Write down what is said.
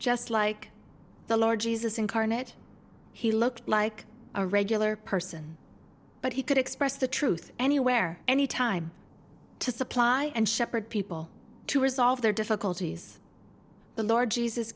just like the lord jesus incarnate he looked like a regular person but he could express the truth anywhere anytime to supply and shepherd people to resolve their difficulties the lord jesus